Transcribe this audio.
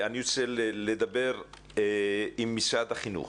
אני ארצה לדבר עם משרד החינוך.